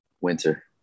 winter